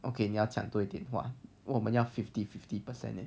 okay 你要讲多一点的话我们要 fifty fifty percent